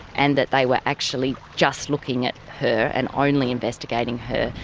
and that they were actually just looking at her and only investigating her,